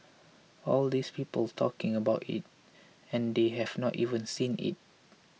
all these people talking about it and they have not even seen it